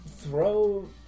Throw